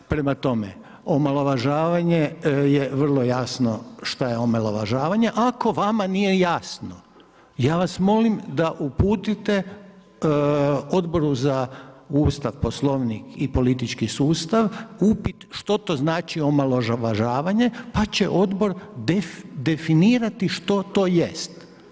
Prema tome, omalovažavanje, je vrlo jasno što je omalovažavanje, a ako vama nije jasno, ja vas molim da uputite Odboru za Ustav, Poslovnik i politički sustav, upit što to znači omalovažavanje, pa će Odbor definirati što to jest.